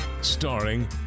Starring